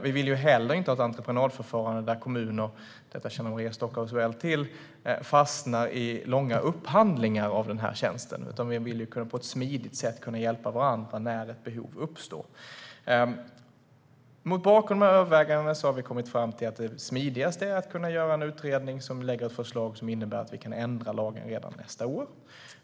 Vi vill heller inte ha ett entreprenadförfarande där kommuner - detta känner Maria Stockhaus väl till - fastnar i långa upphandlingar av tjänster, utan vi vill på ett smidigt sätt kunna hjälpa varandra när ett behov uppstår. Mot bakgrund av dessa överväganden har vi kommit fram till att det smidigaste är att en utredning lägger fram ett förslag som innebär att vi kan ändra lagen redan nästa år.